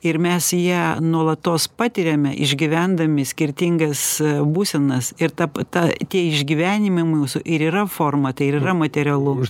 ir mes ją nuolatos patiriame išgyvendami skirtingas būsenas ir tap ta tie išgyvenimai mūsų ir yra forma tai ir yra materialu